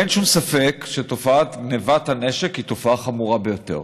אין שום ספק שתופעת גנבת הנשק היא תופעה חמורה ביותר.